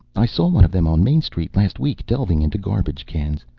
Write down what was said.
i saw one of them on main street last week, delving into garbage cans.